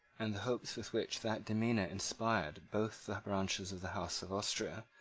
and the hopes with which that demeanour inspired both the branches of the house of austria,